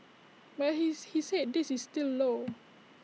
but his he said this is still low